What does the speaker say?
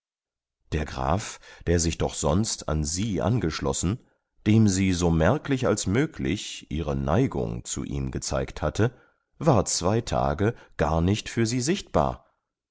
aufgedrängt der graf der sich doch sonst an sie angeschlossen dem sie so merklich als möglich ihre neigung zu ihm gezeigt hatte war zwei tage gar nicht für sie sichtbar